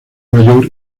mayor